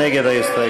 מי נגד ההסתייגות?